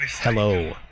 Hello